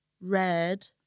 red